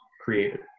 created